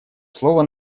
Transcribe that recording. слово